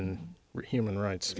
and human rights